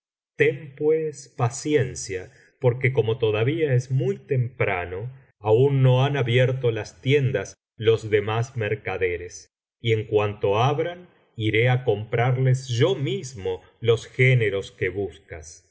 pues paciencia porque como todavía es muy temprano aun no han abierto las tiendas los demás mercaderes y en cuanto abran iré á comprarles yo mismo los géneros que buscas